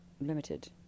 limited